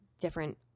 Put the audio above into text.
different